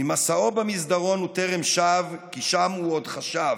/ ממסעו במסדרון הוא טרם שב, / כי שם הוא עוד חשב,